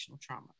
trauma